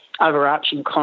overarching